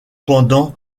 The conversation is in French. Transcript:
pendant